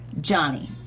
Johnny